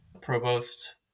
Provost